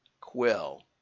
quill